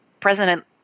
President